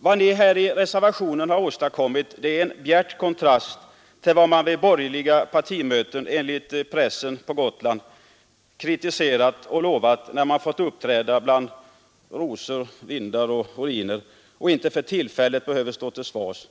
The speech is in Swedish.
Vad ni har åstadkommit i reservationen står i bjärt kontrast till vad man vid borgerliga partimöten enligt pressen på Gotland kritiserar och lovar när man får uppträda bland rosor, vindar och ruiner och inte behöver stå till svars för sina utfästelser.